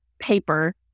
paper